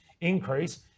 increase